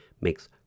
makes